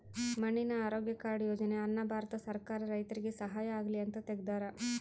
ಮಣ್ಣಿನ ಆರೋಗ್ಯ ಕಾರ್ಡ್ ಯೋಜನೆ ಅನ್ನ ಭಾರತ ಸರ್ಕಾರ ರೈತರಿಗೆ ಸಹಾಯ ಆಗ್ಲಿ ಅಂತ ತೆಗ್ದಾರ